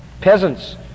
peasants